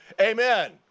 amen